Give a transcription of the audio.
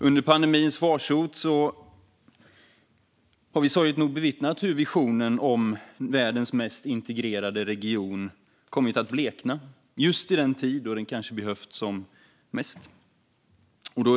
Under pandemins farsot har vi sorgligt nog bevittnat hur visionen om världens mest integrerade region kommit att blekna, just i den tid då den kanske behövs som mest.